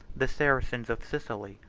the saracens of sicily,